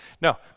No